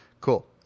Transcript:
Cool